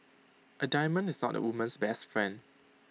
A diamond is not A woman's best friend